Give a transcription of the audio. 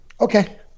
okay